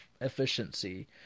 efficiency